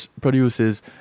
produces